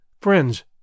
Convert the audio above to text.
friends